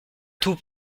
tout